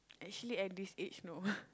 actually at this age no